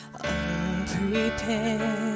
unprepared